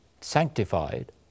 sanctified